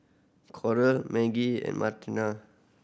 Coral Maggie and Martina